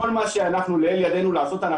כל מה שלאל ידנו לעשות,